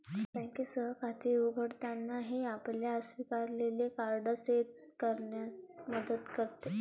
बँकेसह खाते उघडताना, हे आपल्याला स्वीकारलेले कार्ड सेट करण्यात मदत करते